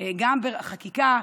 גם בחקיקה,